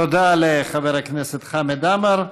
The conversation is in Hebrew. תודה לחבר הכנסת חמד עמאר.